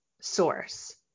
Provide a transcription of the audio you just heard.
source